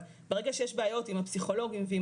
אבל ברגע שיש בעיות עם הפסיכולוגים ועם